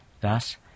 Thus